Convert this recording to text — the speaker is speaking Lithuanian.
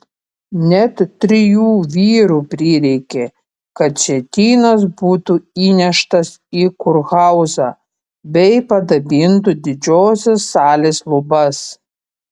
net trijų vyrų prireikė kad sietynas būtų įneštas į kurhauzą bei padabintų didžiosios salės lubas